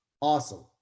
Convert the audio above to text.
awesome